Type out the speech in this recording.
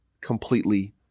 completely